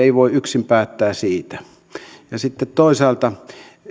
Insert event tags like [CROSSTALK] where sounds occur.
[UNINTELLIGIBLE] ei voi yksin päättää siitä ja sitten toisaalta